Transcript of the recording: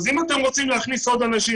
אם אתם רוצים להכניס עוד אנשים,